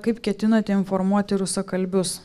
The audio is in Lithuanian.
kaip ketinate informuoti rusakalbius